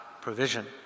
provision